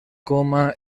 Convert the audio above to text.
coma